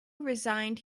resigned